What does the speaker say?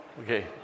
okay